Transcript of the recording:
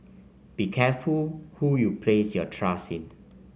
be careful who you place your trust in